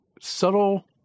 subtle